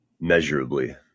Measurably